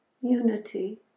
unity